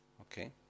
Okay